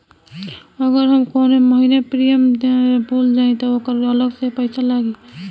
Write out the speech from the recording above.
अगर हम कौने महीने प्रीमियम देना भूल जाई त ओकर अलग से पईसा लागी?